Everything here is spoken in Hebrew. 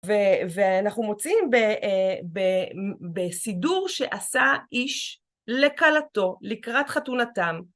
ואנחנו מוצאים בסידור שעשה איש לכלתו, לקראת חתונתם,